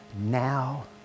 now